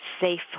safe